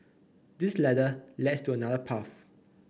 this ladder to another path